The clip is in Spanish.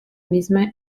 misma